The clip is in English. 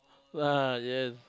!wah! yes